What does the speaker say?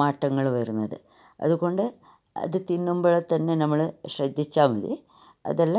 മാറ്റങ്ങൾ വരുന്നത് അതുകൊണ്ട് അത് തിന്നുമ്പോൾ തന്നെ നമ്മൾ ശ്രദ്ധിച്ചാൽ മതി അതല്ല